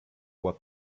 what